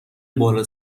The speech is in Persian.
بالا